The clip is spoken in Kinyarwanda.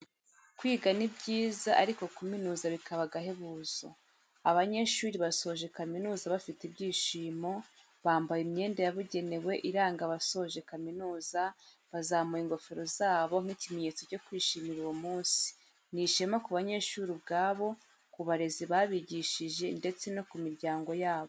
Kwiga ni byiza ariko kuminuza bikaba agahebuzo, abanyeshuri basoje kamizuza bafite ibyishimo, bambaye imyenda yabugenewe iranga abasoje kaminuza, bazamuye ingofero zabo nk'ikimenyetso cyo kwishimira uwo munsi, ni ishema ku banyeshuri ubwabo, ku barezi babigishije ndetse no ku miryango yabo.